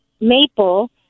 maple